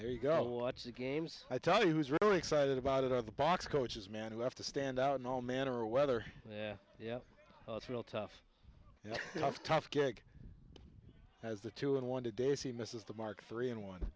there you go watch the games i tell you who's really excited about it out of the box coaches man who have to stand out in all manner weather yeah yeah it's real tough tough tough gig as the two unwanted ac misses the mark three and one